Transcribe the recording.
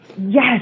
Yes